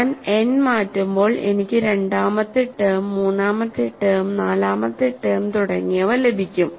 ഞാൻ n മാറ്റുമ്പോൾ എനിക്ക് രണ്ടാമത്തെ ടേം മൂന്നാം ടേം നാലാം ടേം തുടങ്ങിയവ ലഭിക്കും